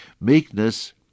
Meekness